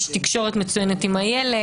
יש תקשורת מצוינת עם הילד,